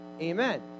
Amen